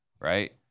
right